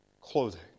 clothing